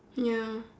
ya